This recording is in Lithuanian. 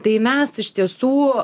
tai mes iš tiesų